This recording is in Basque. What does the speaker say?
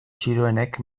txiroenek